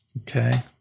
Okay